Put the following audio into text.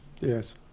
yes